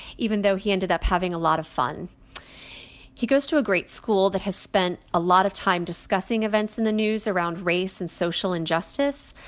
even though he ended up having a lot of fun he goes to a great school that has spent a lot of time discussing events in the news around race and social injustice.